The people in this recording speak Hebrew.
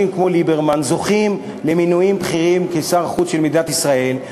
כמו ליברמן זוכים למינויים בכירים כשר החוץ של מדינת ישראל.